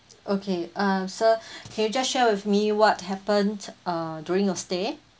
okay uh sir can you just share with me what happened uh during your stay